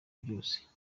byose